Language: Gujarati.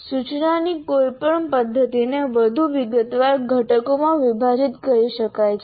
સૂચનાની કોઈપણ પદ્ધતિને વધુ વિગતવાર ઘટકોમાં વિભાજિત કરી શકાય છે